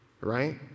right